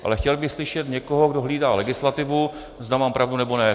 Ale chtěl bych slyšet někoho, kdo hlídá legislativu, zda mám pravdu, nebo ne.